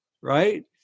right